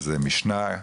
שזה מקרא,